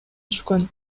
түшкөн